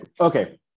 Okay